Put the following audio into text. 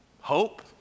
hope